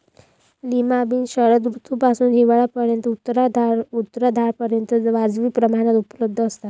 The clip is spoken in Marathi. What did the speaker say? लिमा बीन्स शरद ऋतूपासून हिवाळ्याच्या उत्तरार्धापर्यंत वाजवी प्रमाणात उपलब्ध असतात